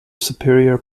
superior